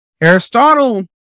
Aristotle